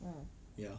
!huh!